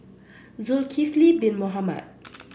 Zulkifli Bin Mohamed